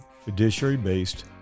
fiduciary-based